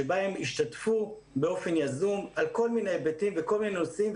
שבה הם השתתפו באופן יזום על כל מיני היבטים בכל מיני נושאים,